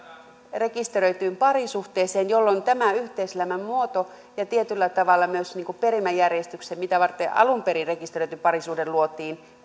rekisteröityyn parisuhteeseen jolloin kun häviää tämä yhteiselämän muoto ja tietyllä tavalla myös perimäjärjestys mitä varten alun perin rekisteröity parisuhde luotiin